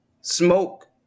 smoke